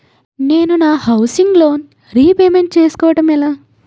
నేను నా housing loan repayment చేసుకోవటం ఎలా?